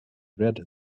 read